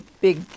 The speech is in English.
big